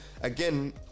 again